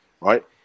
Right